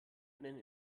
einen